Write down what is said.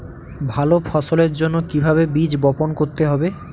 ভালো ফসলের জন্য কিভাবে বীজ বপন করতে হবে?